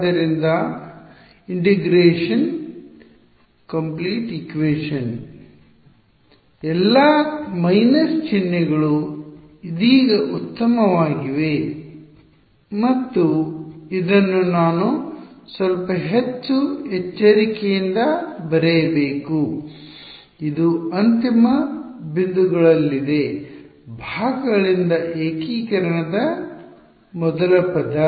∫ dxd W mpdxd U W mqU − W mf dx − W mpdxd U end points 0 Ωm ಎಲ್ಲಾ minus ಚಿಹ್ನೆಗಳು ಇದೀಗ ಉತ್ತಮವಾಗಿವೆ ಮತ್ತು ಇದನ್ನು ನಾನು ಸ್ವಲ್ಪ ಹೆಚ್ಚು ಎಚ್ಚರಿಕೆಯಿಂದ ಬರೆಯಬೇಕು ಇದು ಅಂತಿಮ ಬಿಂದುಗಳಲ್ಲಿದೆ ಭಾಗಗಳಿಂದ ಏಕೀಕರಣದ ಮೊದಲ ಪದ